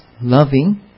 loving